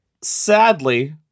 sadly